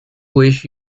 wish